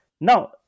Now